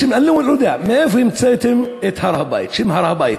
אני לא יודע מאיפה המצאת את הר-הבית, השם הר-הבית.